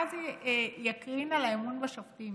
מה זה יקרין על האמון בשופטים